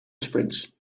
springs